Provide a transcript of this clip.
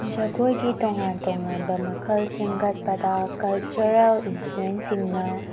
ꯖꯒꯣꯏꯒꯤ ꯇꯣꯉꯥꯟ ꯇꯣꯉꯥꯟꯕ ꯃꯈꯜ ꯁꯦꯝꯒꯠꯄꯗ ꯀꯜꯆꯔꯦꯜ ꯏꯟꯐ꯭ꯂꯨꯌꯦꯟꯁꯁꯤꯡꯅ